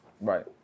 Right